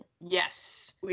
Yes